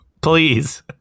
please